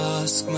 ask